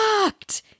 fucked